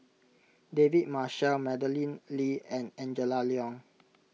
David Marshall Madeleine Lee and Angela Liong